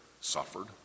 suffered